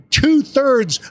two-thirds